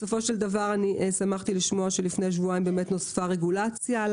בסופו של דבר שמחתי לשמוע שלפני שבועיים נוספה רגולציה על